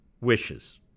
Wishes